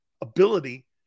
ability